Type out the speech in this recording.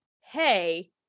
hey